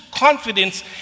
confidence